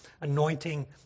anointing